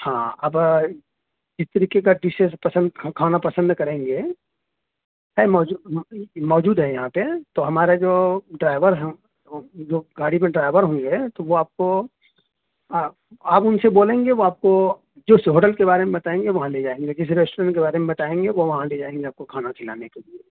ہاں اب جس طریقے کا ڈشیز پسند کھانا پسند کریں گے ہے موجود موجود ہے یہاں پہ تو ہمارے جو ڈرائیور ہیں جو گاڑی کے ڈرائیور ہوں گے تو وہ آپ کو آپ ان سے بولیں گے وہ آپ کو جس ہوٹل کے بارے میں بتائیں گے وہاں لے جائیں گے جس ریسٹورنٹ کے بارے میں بتائیں گے وہ وہاں لے جائیں گے آپ کو کھانا کھلانے کے لیے